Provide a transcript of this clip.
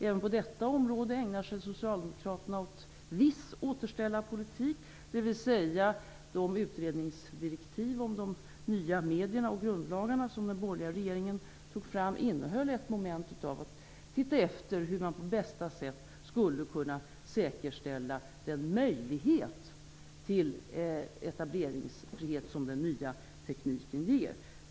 Även på detta område ägnar sig Socialdemokraterna åt viss återställarpolitik. De utredningsdirektiv om de nya medierna och grundlagarna som den borgerliga regeringen tog fram innehöll ett moment av att undersöka hur man på bästa sätt skulle kunna säkerställa den möjlighet till etableringsfrihet som den nya tekniken ger.